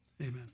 Amen